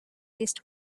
least